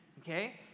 okay